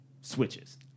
switches